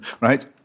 right